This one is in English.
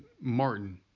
Martin